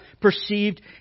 perceived